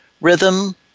rhythm